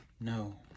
No